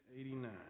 eighty-nine